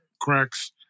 Cracks